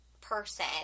person